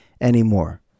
anymore